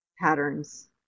patterns